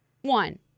one